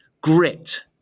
grit